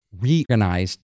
reorganized